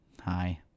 hi